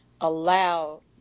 allow